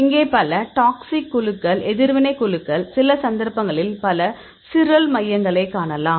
இங்கே பல டாக்சிக் குழுக்கள் எதிர்வினைக் குழுக்கள் சில சந்தர்ப்பங்களில் பல சிரல் மையங்களைக் காணலாம்